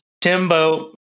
Timbo